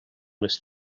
les